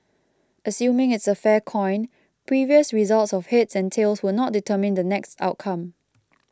assuming it's a fair coin previous results of heads and tails will not determine the next outcome